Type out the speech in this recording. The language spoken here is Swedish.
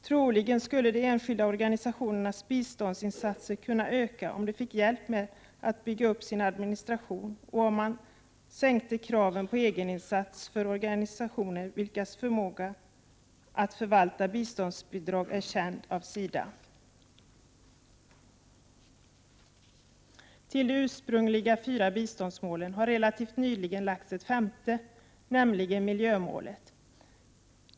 Troligen skulle de enskilda organisationernas biståndsinsatser kunna öka om de fick hjälp att bygga upp sin administration och om man sänkte kraven på egeninsats för organisationer vilkas förmåga att förvalta biståndsbidrag är känd av SIDA. Till de ursprungliga fyra biståndsmålen har relativt nyligen lagts ett femte, nämligen miljömålet.